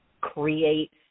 create